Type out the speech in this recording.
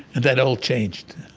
and that all changed